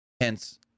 Hence